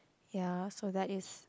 ya so that is